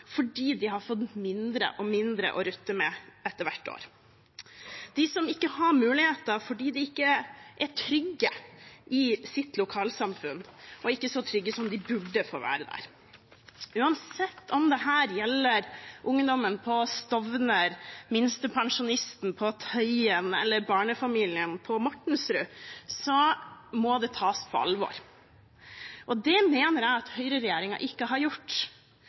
fordi de har fått mindre og mindre å rutte med hvert år, og de som ikke har muligheter fordi de ikke er trygge i sitt lokalsamfunn, ikke så trygge som de burde få være der. Uansett om dette gjelder ungdommen på Stovner, minstepensjonisten på Tøyen eller barnefamilien på Mortensrud, må det tas på alvor. Det mener jeg at høyreregjeringen ikke har gjort,